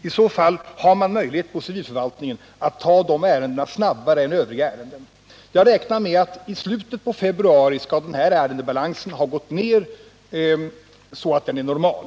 I så fall har man på civilförvaltningen möjlighet att ta dessa ärenden snabbare än övriga ärenden. Jag räknar med att ärendebalansen i slutet av februari skall ha gått ned så mycket att den är normal.